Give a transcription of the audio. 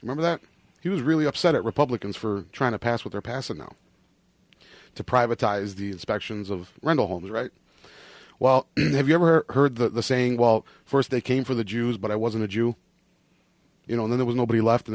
remember that he was really upset at republicans for trying to pass what they're passing on to privatized the inspections of rental homes right well have you ever heard the saying well first they came for the jews but i wasn't a jew you know there was nobody left